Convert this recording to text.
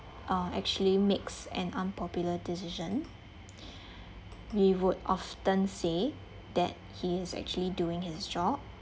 uh actually makes an unpopular decision we would often say that he is actually doing his job